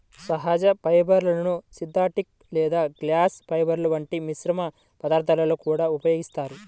సహజ ఫైబర్లను సింథటిక్ లేదా గ్లాస్ ఫైబర్ల వంటి మిశ్రమ పదార్థాలలో కూడా ఉపయోగిస్తారు